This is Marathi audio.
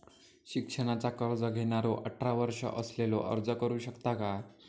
शिक्षणाचा कर्ज घेणारो अठरा वर्ष असलेलो अर्ज करू शकता काय?